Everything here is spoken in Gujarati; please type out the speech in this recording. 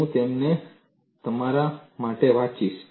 હું તેમને તમારા માટે વાંચીશ